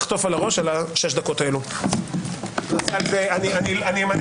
הישיבה ננעלה בשעה 14:07.